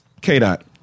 K-Dot